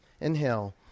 Inhale